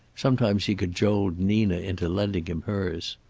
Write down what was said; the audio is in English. sometimes he cajoled nina into lending him hers.